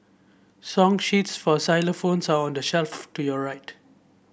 song sheets for xylophones are on the shelf to your right